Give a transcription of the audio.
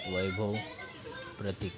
वैभव प्रतिक